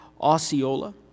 Osceola